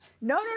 no